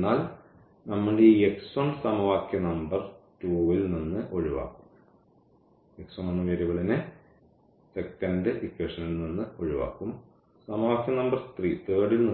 എന്നാൽ നമ്മൾ ഈ x1 സമവാക്യ നമ്പർ 2 ൽ നിന്ന് ഒഴിവാക്കും സമവാക്യം നമ്പർ 3 ൽ